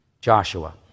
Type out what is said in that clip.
Joshua